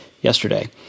yesterday